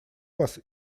вас